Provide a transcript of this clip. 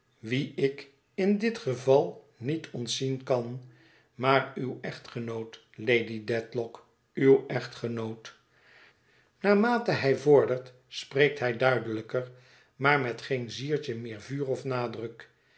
wie ik in dit geval niet ontzien kan maar uw echtgenoot lady dediock uw echtgenoot naarmate hij vordert spreekt hij duidelijker maar met geen ziertje meer vuur of nadruk